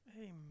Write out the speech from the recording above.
Amen